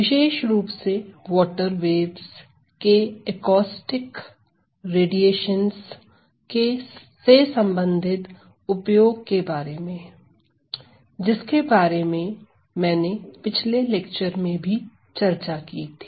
विशेष रुप से water waves के एकॉस्टिक रेडिएशन से संबंधित उपयोग के बारे में जिसके बारे में मैंने पिछले लेक्चर में भी चर्चा की थी